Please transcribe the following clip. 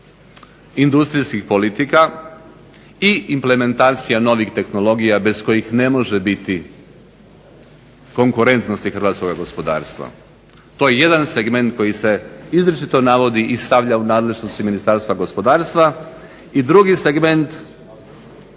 industrijskih politika i implementacija novih tehnologija bez kojih ne može biti konkurentnosti hrvatskoga gospodarstva. To je jedan segment koji se izričito navodi i stavlja u nadležnosti Ministarstva gospodarstva. I drugi segment